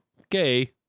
okay